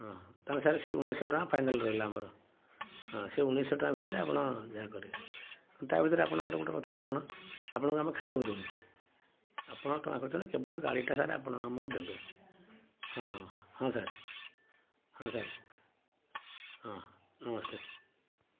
ହଁ ତା'ହେଲେ ସାର୍ ସେଇ ଉଣେଇଶି ଶହ ଟଙ୍କା ଫାଇନାଲ୍ ରହିଲା ଆମର ହଁ ସେ ଉଣେଇଶି ଶହ ଟଙ୍କା ଭିତରେ ଆପଣ ଯାହା କରିବେ ତା ଭିତରେ ଆପଣଙ୍କର ଗୋଟେ କଥା ହେଲା କ'ଣ ଆପଣଙ୍କୁ ଆମେ ଖାଇବାକୁ ଦେବୁ ଆପଣ ଟଙ୍କା ଖର୍ଚ୍ଚ ନାହିଁ କେବଳ ଗାଡ଼ିଟା ସାର୍ ଆପଣ ଆମକୁ ଦେବେ ହଁ ସାର୍ ହଁ ସାର୍ ହଁ ନମସ୍ତେ